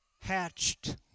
hatched